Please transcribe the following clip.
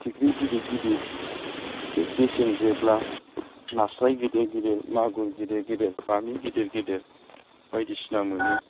फिथिख्रि गिदिर गिदिर एसे गेसें जेब्ला नास्राइ गिदिर गिदिर मागुर गिदिर गिदिर बामि गिदिर गिदिर बायदिसिना मोनो